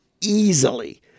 easily